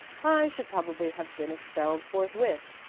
i should probably have been expelled forthwith.